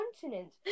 continent